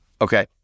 Okay